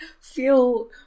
feel